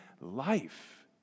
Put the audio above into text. life